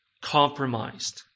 compromised